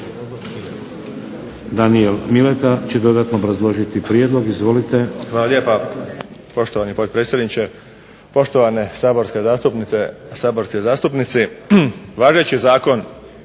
Daniel Mileta će dodatno obrazložiti prijedlog. Izvolite. **Mileta, Danijel** Hvala lijepa poštovani potpredsjedniče, poštovane saborske zastupnice, saborski zastupnici. Važeći Zakon